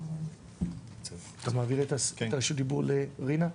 אתה מעביר את זכות הדיבור לרינה?,